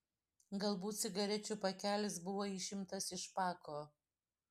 galbūt cigarečių pakelis buvo išimtas iš pako